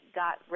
got